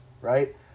right